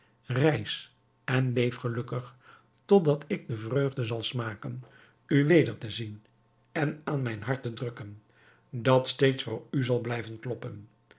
reis en leef gelukkig totdat ik de vreugde zal smaken u weder te zien en aan mijn hart te drukken dat steeds voor u zal blijven kloppen